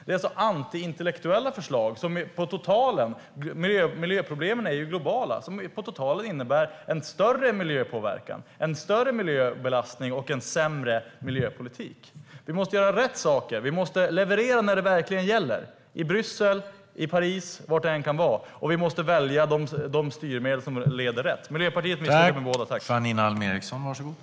Det är antiintellektuella förslag som totalt sett - miljöproblemen är globala - innebär större miljöpåverkan, större miljöbelastning och sämre miljöpolitik. Vi måste göra rätt saker. Vi måste leverera när det verkligen gäller - i Bryssel, i Paris, var det än må vara. Och vi måste välja de styrmedel som leder rätt. Miljöpartiet misslyckas med båda.